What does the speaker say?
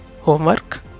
homework